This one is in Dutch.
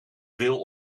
veel